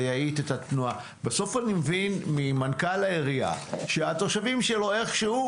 זה יאט את התנועה אבל בסוף אני מבין ממנכ"ל העירייה שהתושבים שלו איכשהו